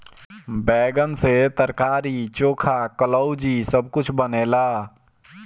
बैगन से तरकारी, चोखा, कलउजी सब कुछ बनेला